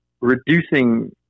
reducing